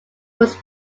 was